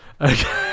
Okay